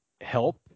help